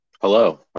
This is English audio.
Hello